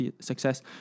success